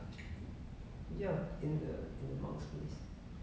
yeah